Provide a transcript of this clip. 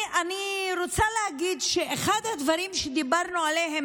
אני רוצה להגיד שאחד הדברים שדיברנו עליהם